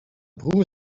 broer